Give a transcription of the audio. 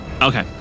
Okay